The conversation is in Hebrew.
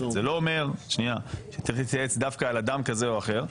זה לא אומר שצריך להתייעץ על אדם כזה או אחר.